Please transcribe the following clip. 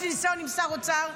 יש לי ניסיון עם שר אוצר.